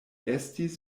estis